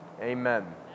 Amen